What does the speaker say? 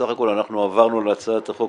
בסך הכול אנחנו עברנו על הצעת החוק,